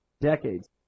decades